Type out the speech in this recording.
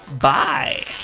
Bye